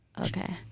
Okay